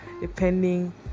depending